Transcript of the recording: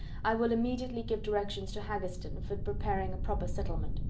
i will immediately give directions to haggerston for preparing a proper settlement.